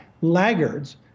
laggards